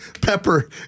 pepper